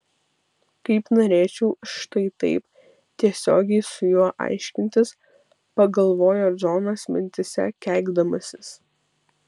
kaip norėčiau štai taip tiesiogiai su juo aiškintis pagalvojo džonas mintyse keikdamasis